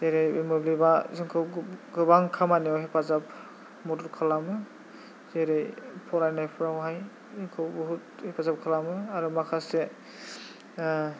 जेरै बे मोब्लिबा जोंखौ गोबां खामानिआव हेफाजाब मदद खालामो जेरै फरायनायफ्रावहाय जोंखौ बुहुत हेफाजाब खालामो आरो माखासे